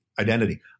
Identity